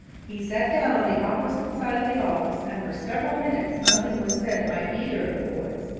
he sat down on the opposite side of the office, and for several minutes nothing was said by either of the boys.